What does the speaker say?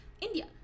India